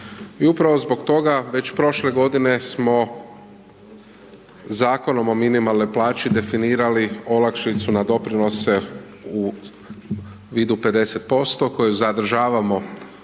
I upravo zbog toga već prošle godine smo Zakonom o minimalnoj plaći definirali olakšicu na doprinose u vidu 50% koje zadržavamo